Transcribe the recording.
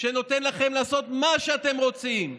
שנותן לכם לעשות מה שאתם רוצים,